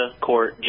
court